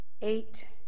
eight